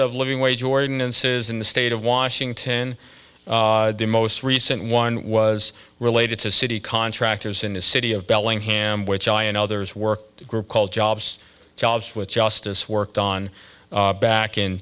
of living wage ordinances in the state of washington the most recent one was related to city contractors in the city of bellingham which i and others work a group called jobs jobs with justice worked on back in